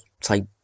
type